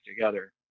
together